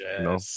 no